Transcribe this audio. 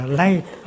light